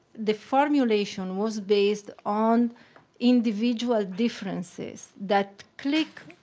the formulation was based on individual differences that click